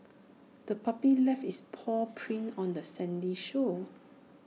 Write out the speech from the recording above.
the puppy left its paw prints on the sandy shore